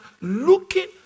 looking